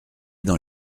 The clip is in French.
dans